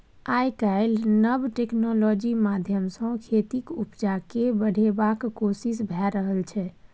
आइ काल्हि नब टेक्नोलॉजी माध्यमसँ खेतीक उपजा केँ बढ़ेबाक कोशिश भए रहल छै